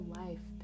life